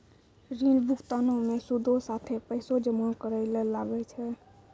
ऋण भुगतानो मे सूदो साथे पैसो जमा करै ल लागै छै